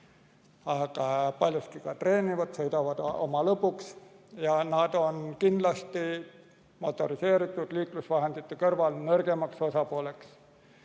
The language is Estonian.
aga paljuski treenivad, sõidavad oma lõbuks, ja nad on kindlasti motoriseeritud liiklusvahendite kõrval nõrgemaks osapooleks.